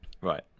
Right